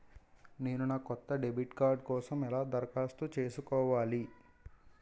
నేను నా కొత్త డెబిట్ కార్డ్ కోసం ఎలా దరఖాస్తు చేసుకోవాలి?